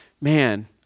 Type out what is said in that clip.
man